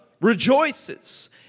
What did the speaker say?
rejoices